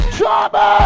Trouble